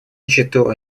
нищету